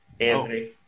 Anthony